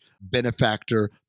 benefactor